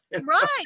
Right